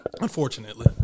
unfortunately